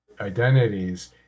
identities